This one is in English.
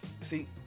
See